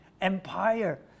empire